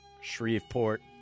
Shreveport